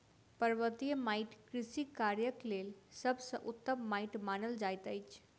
पर्वतीय माइट कृषि कार्यक लेल सभ सॅ उत्तम माइट मानल जाइत अछि